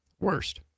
worst